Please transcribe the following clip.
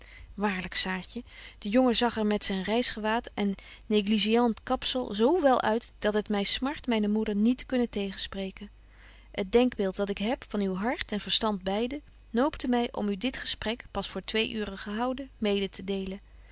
saartje de jongen zag er met zyn betje wolff en aagje deken historie van mejuffrouw sara burgerhart reisgewaad en negligeant kapzel zo wel uit dat het my smart myne moeder niet te kunnen tegenspreken het denkbeeld dat ik heb van uw hart en verstand beide noopte my om u dit gesprek pas voor twee uuren gehouden mede te delen